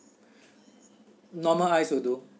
normal ice will do